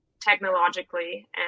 technologically